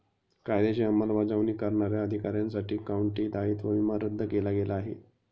कायद्याची अंमलबजावणी करणाऱ्या अधिकाऱ्यांसाठी काउंटी दायित्व विमा रद्द केला गेला आहे